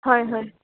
হয় হয়